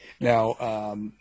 Now